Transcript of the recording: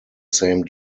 same